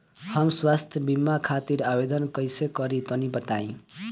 हम स्वास्थ्य बीमा खातिर आवेदन कइसे करि तनि बताई?